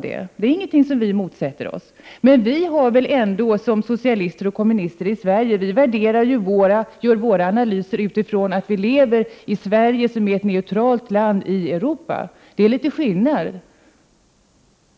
Det är ingenting som vi motsätter oss, men socialister och kommunister i Sverige gör analyser utifrån detta att de lever i Sverige som är ett neutralt land i Europa. Det är litet skillnad.